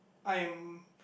I'm